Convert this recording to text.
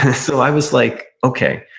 and so i was like, okay.